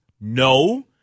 No